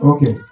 Okay